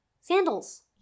sandals